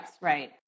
Right